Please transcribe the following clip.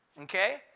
Okay